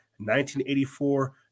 1984